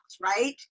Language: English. right